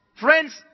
Friends